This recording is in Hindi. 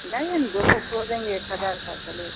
नहीं दो सौ छोड़ देंगे एक हज़ार का चलेगा